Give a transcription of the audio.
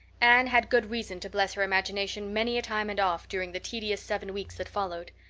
anne had good reason to bless her imagination many a time and oft during the tedious seven weeks that followed.